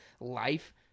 life